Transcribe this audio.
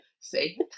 see